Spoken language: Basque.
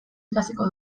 ikasiko